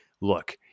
look